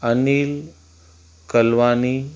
Anil Kalwani